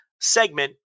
segment